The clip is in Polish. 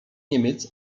niemiec